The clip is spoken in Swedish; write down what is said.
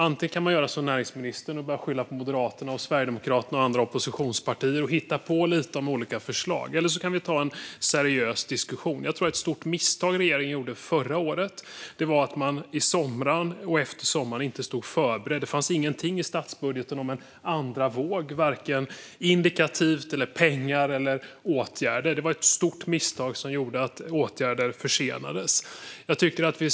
Antingen kan man göra som näringsministern och bara skylla på Moderaterna, Sverigedemokraterna och andra oppositionspartier och hitta på lite om olika förslag, eller så kan vi ta en seriös diskussion. Jag tror att ett stort misstag som regeringen gjorde förra året var att inte vara förberedd under och efter sommaren. Det fanns ingenting förberett i statsbudgeten för en andra våg, varken indikativt eller när det gäller pengar eller åtgärder. Det var ett stort misstag som ledde till att åtgärder försenades.